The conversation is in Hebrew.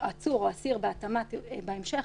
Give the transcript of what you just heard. העצור או האסיר בהתאמה בהמשך